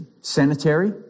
Sanitary